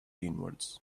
inwards